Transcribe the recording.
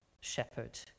shepherd